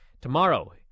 tomorrow